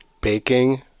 baking